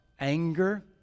anger